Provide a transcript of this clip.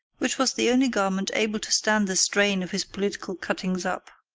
which was the only garment able to stand the strain of his political cuttings-up.